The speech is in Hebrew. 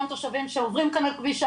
תושבים שעוברים כאן על כביש הערבה,